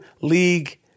League